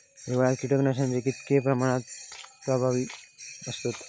हिवाळ्यात कीटकनाशका कीतक्या प्रमाणात प्रभावी असतत?